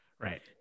right